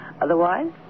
Otherwise